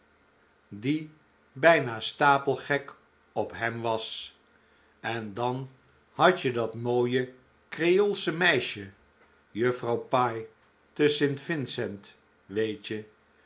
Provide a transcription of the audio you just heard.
die bijna stapelgek op hem was en dan had je dat mooie creoolsche meisje juffrouw pye te st vincent weet